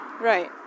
Right